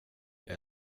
jag